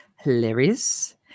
hilarious